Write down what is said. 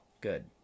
Good